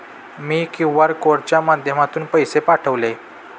मी QR कोडच्या माध्यमातून पैसे पाठवले